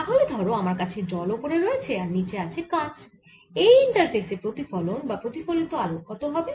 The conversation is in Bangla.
তাহলে ধরো আমার কাছে জল ওপরে রয়েছে আর নিচে আছে কাঁচ এই ইন্টারফেসে প্রতিফলন বা প্রতিফলিত আলো কত হবে